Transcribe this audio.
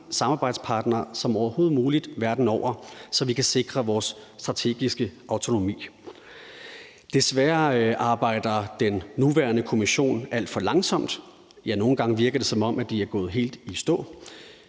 samarbejdspartnere som overhovedet muligt verden over, så vi kan sikre vores strategiske autonomi. Desværre arbejder den nuværende Kommission alt for langsomt. Ja, nogle gange virker det, som om de er gået helt i stå.